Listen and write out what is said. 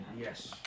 Yes